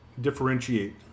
differentiate